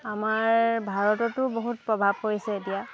আমাৰ ভাৰততো বহুত প্ৰভাৱ পৰিছে এতিয়া